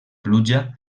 pluja